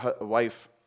wife